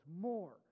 more